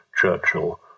Churchill